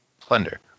Plunder